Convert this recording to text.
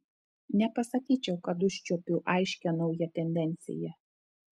nepasakyčiau kad užčiuopiu aiškią naują tendenciją